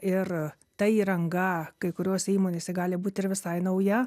ir ta įranga kai kuriose įmonėse gali būt ir visai nauja